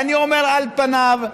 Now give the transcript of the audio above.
אני אומר: על פניו,